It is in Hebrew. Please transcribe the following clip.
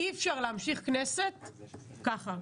אי אפשר להמשיך כנסת ככה.